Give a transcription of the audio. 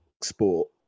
sport